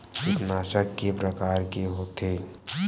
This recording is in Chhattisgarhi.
कीटनाशक के प्रकार के होथे?